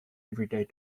everyday